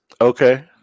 Okay